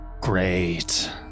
Great